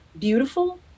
beautiful